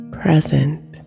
present